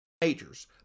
majors